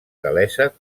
gal·lesa